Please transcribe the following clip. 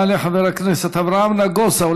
יעלה חבר הכנסת אברהם נגוסה,